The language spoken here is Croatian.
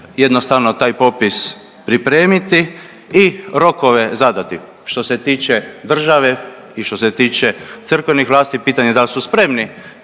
jednostavno taj popis pripremiti i rokove zadati. Što se tiče države i što se tiče crkvenih vlasti pitanje da li su spremni